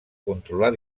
controlar